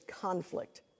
conflict